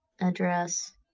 address